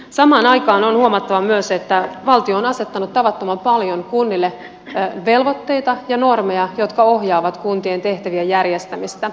samaan aikaan on huomattava myös että valtio on asettanut tavattoman paljon kunnille velvoitteita ja normeja jotka ohjaavat kuntien tehtävien järjestämistä